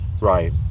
right